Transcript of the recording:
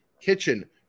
kitchen